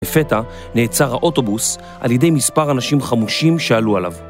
לפתע נעצר האוטובוס על ידי מספר אנשים חמושים שעלו עליו